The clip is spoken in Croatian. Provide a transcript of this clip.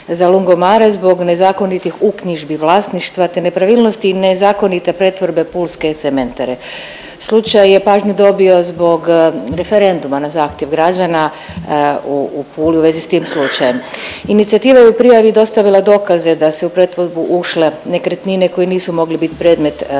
za Lungomare zbog nezakonitih uknjižbi vlasništva te nepravilnosti i nezakonite pretvorbe pulske cementare. Slučaj je pažnju dobio zbog referenduma na zahtjev građana u Puli u vezi s tim slučajem. Inicijativa je u prijavi dostavila dokaze da su u pretvorbu ušle nekretnine koje nisu mogle biti predmet stjecanja